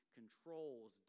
controls